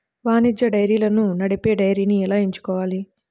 వాణిజ్య డైరీలను నడిపే డైరీని ఎలా ఎంచుకోవాలి?